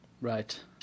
Right